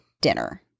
dinner